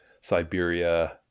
Siberia